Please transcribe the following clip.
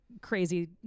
crazy